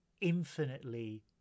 infinitely